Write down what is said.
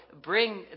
bring